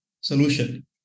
solution